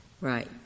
Right